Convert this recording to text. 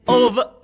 over